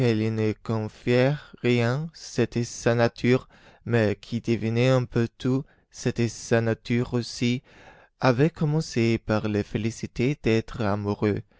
confiait rien c'était sa nature mais qui devinait un peu tout c'était sa nature aussi avait commencé par le féliciter d'être amoureux